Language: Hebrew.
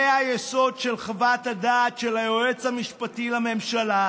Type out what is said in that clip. זה היסוד של חוות הדעת של היועץ המשפטי לממשלה,